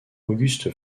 auguste